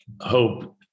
Hope